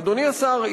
אדוני השר,